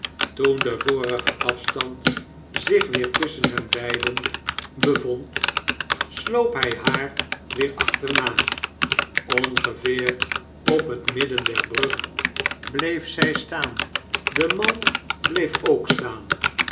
toen de vorige afstand zich weer tusschen hen deiden bevond sloop hij haar weer achterna ongeveer op het midden der brug bleef zij staan de man bleef ook staan